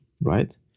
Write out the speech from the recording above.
right